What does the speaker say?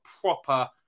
proper